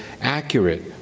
accurate